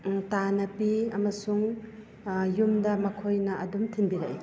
ꯇꯥꯅ ꯄꯤ ꯑꯃꯁꯨꯡ ꯌꯨꯝꯗ ꯃꯈꯣꯏꯅ ꯑꯗꯨꯝ ꯊꯤꯟꯕꯤꯔꯛꯏ